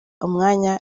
umwanya